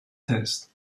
test